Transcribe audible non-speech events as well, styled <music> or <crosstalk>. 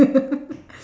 <laughs>